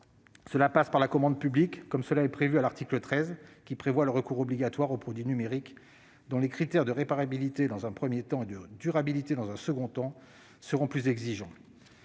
Cela passe par la commande publique, comme le prévoit l'article 13, qui vise à rendre obligatoire le recours aux produits numériques dont les critères de réparabilité, dans un premier temps, et de durabilité, dans un second temps, seront plus exigeants.